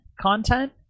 content